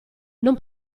non